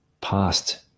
past